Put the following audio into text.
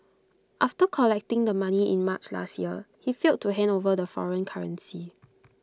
after collecting the money in March last year he failed to hand over the foreign currency